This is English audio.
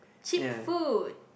cheap food